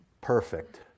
perfect